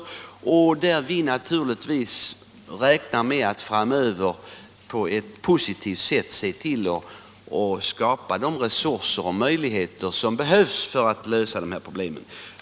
Vi räknar naturligtvis med att framöver på ett positivt sätt se till att skapa de resurser och möjligheter som behövs för att lösa de här problemen.